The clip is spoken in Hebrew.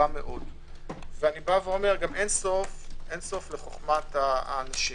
אין סוף לחוכמת האנשים.